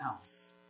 else